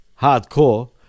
hardcore